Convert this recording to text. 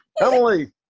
Emily